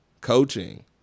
Coaching